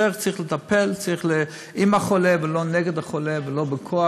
הדרך היא לטפל, עם החולה ולא נגד החולה ולא בכוח.